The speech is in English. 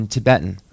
Tibetan